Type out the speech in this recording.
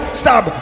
stop